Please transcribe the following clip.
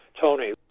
Tony